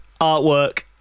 artwork